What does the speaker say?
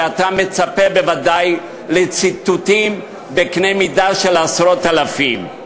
ואתה מצפה בוודאי לציטוטים בקנה-מידה של עשרות אלפים.